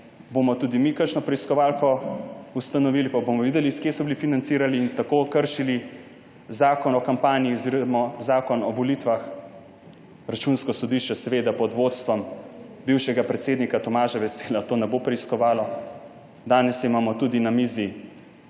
Bomo tudi mi kakšno preiskovalko ustanovili pa bomo videli, od kod so bili financirani in tako kršili zakon o kampanji oziroma zakon o volitvah. Računsko sodišče pod vodstvom bivšega predsednika Tomaža Vesela tega ne bo preiskovalo. Danes imamo na mizi